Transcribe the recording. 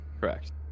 correct